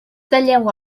talleu